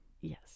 Yes